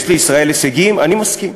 יש לישראל הישגים, אני מסכים.